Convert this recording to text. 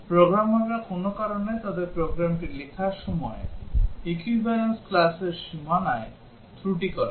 প্রোগ্রামাররা কোনও কারণে তাদের প্রোগ্রামটি লেখার সময় equivalence classর সীমানায় ত্রুটি করেন